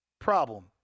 problem